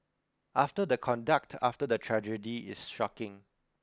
after the conduct after the tragedy is shocking